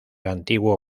antiguo